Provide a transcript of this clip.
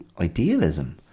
idealism